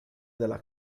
della